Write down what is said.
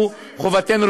חובתנו.